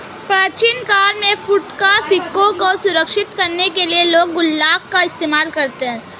प्राचीन काल में फुटकर सिक्कों को सुरक्षित करने के लिए लोग गुल्लक का इस्तेमाल करते थे